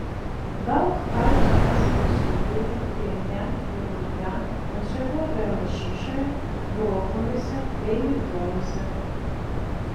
daug kalcio esama sūryje piene jogurte konservuotoje lašišoje brokoliuose bei migdoluose